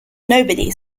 nobody